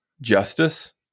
justice